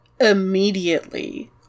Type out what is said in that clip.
immediately